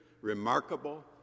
remarkable